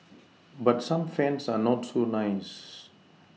but some fans are not so nice